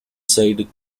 side